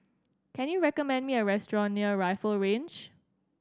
can you recommend me a restaurant near Rifle Range